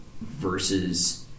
versus